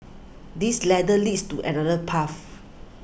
this ladder leads to another path